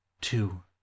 Two